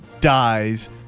dies